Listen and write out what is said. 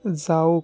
যাওক